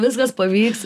viskas pavyks